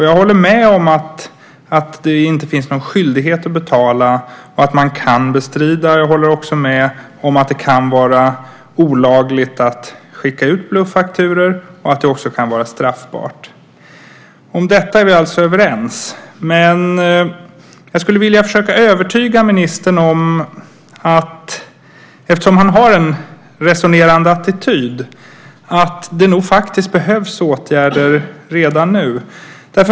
Jag håller med om att det inte finns någon skyldighet att betala och att man ska bestrida. Jag håller också med om att det kan vara olagligt att skicka ut bluffakturor och att det kan vara straffbart. Om detta är vi alltså överens. Ministern har en resonerande attityd, och därför skulle jag vilja övertyga ministern om att det nog behövs åtgärder redan nu.